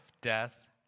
death